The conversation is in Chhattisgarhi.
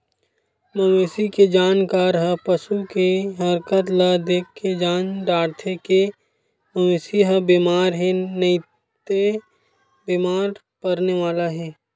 मवेशी के जानकार ह पसू के हरकत ल देखके जान डारथे के मवेशी ह बेमार हे नइते बेमार परने वाला हे